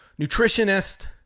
nutritionist